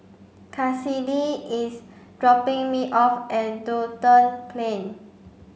Kassidy is dropping me off at Duxton Plain